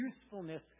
usefulness